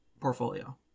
portfolio